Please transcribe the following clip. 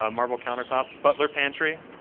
um marble countertops, butler pantry.